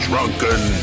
Drunken